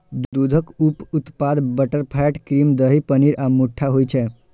दूधक उप उत्पाद बटरफैट, क्रीम, दही, पनीर आ मट्ठा होइ छै